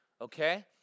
okay